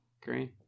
green